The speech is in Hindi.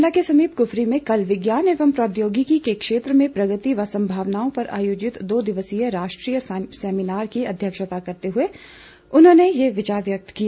शिमला के समीप कुफरी में कल विज्ञान एवं प्रौद्योगिकी के क्षेत्र में प्रगति व संभावनाओं पर आयोजित दो दिवसीय राष्टीय सेमिनार की अध्यक्षता करते हुए उन्होंने ये विचार व्यक्त किए